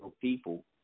people